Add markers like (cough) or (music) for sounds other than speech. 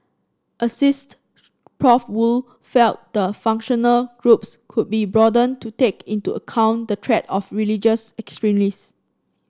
asst Professor Woo felt the functional groups could be broadened to take into account the threat of religious (unintelligible)